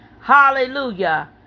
Hallelujah